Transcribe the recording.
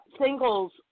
singles